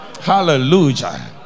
hallelujah